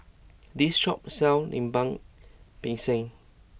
this shop sells Lemper Pisang